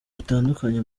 bitandukanye